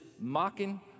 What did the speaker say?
mocking